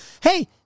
Hey